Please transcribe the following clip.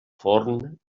forn